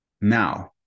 Now